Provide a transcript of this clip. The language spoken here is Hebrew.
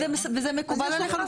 זה מקובל עליך?